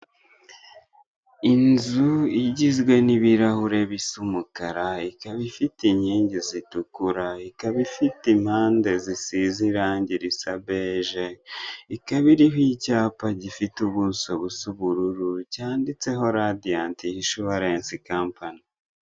Inzu igizwe n' iburahure bisa umukara, ikaba ifite ikingi zitukura, ikaba ifite impande zisize irange risa beje, ikaba iriho icyapa gifite ubuso busa ubururu cyanditseho radiyanti inshuwarense kampani.